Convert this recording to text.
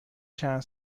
چند